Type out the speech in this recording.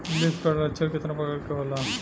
Leaf curl लक्षण केतना परकार के होला?